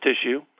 tissue